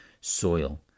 soil